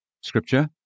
Scripture